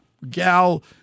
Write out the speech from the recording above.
Gal